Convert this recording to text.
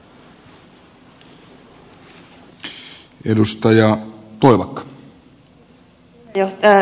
arvoisa puhemies